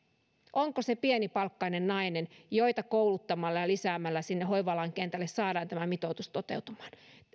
onko se pienipalkkainen nainen joita kouluttamalla ja lisäämällä sinne hoiva alan kentälle saadaan tämä mitoitus toteutumaan